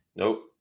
Nope